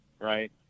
right